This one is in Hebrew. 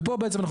ופה בעצם,